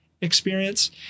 experience